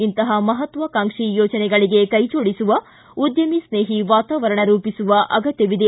ಇಂತಹ ಮಪತ್ವಾಕಾಂಕ್ಷಿ ಯೋಜನೆಗಳಿಗೆ ಕೈಜೋಡಿಸುವ ಉದ್ಭಮಿ ಸ್ನೇಹಿ ವಾತಾವರಣ ರೂಪಿಸುವ ಅಗತ್ತವಿದೆ